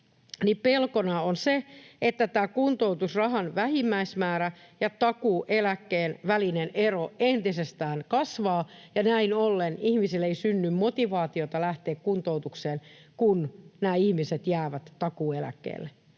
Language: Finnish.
pelkona on se, että tämä kuntoutusrahan vähimmäismäärä ja takuueläkkeen välinen ero entisestään kasvaa ja näin ollen ihmisille ei synny motivaatiota lähteä kuntoutukseen, kun nämä ihmiset jäävät takuueläkkeelle.